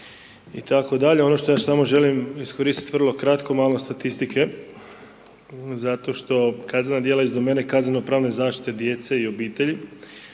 itd. Ono što ja samo želim iskoristiti vrlo kratko malo statistike zato što kaznena djela iz domene kaznenopravne zaštite djece i obitelji